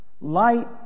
Light